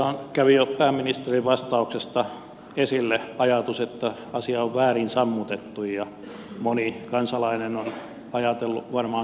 tässä kävi jo pääministerin vastauksesta esille ajatus että asia on väärin sammutettu ja moni kansalainen on ajatellut varmaan samaan suuntaan